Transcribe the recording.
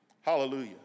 Hallelujah